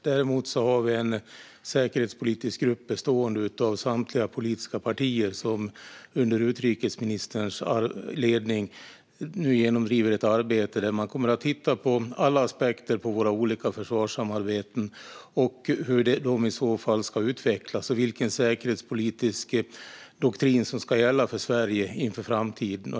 Dock har vi en säkerhetspolitisk grupp bestående av samtliga politiska partier som under utrikesministerns ledning nu genomför ett arbete där man kommer att titta på alla aspekter av våra olika försvarssamarbeten, hur de ska utvecklas och vilken säkerhetspolitisk doktrin som ska gälla för Sverige inför framtiden.